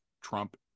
trump